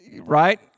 Right